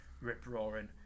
rip-roaring